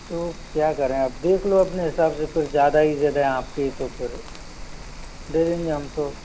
तो क्या करें अब देख लो अपने हिसाब से फिर ज़्यादा ही ज़िद है आपकी तो फिर दे देंगे हम तो